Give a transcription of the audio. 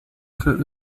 für